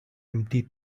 empty